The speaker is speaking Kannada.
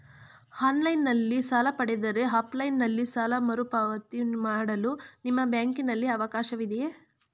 ಆನ್ಲೈನ್ ನಲ್ಲಿ ಸಾಲ ಪಡೆದರೆ ಆಫ್ಲೈನ್ ನಲ್ಲಿ ಸಾಲ ಮರುಪಾವತಿ ಮಾಡಲು ನಿಮ್ಮ ಬ್ಯಾಂಕಿನಲ್ಲಿ ಅವಕಾಶವಿದೆಯಾ?